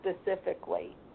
specifically